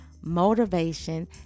motivation